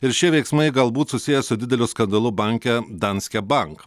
ir šie veiksmai galbūt susiję su dideliu skandalu banke danske bank